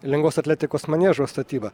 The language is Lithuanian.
lengvos atletikos maniežo statyba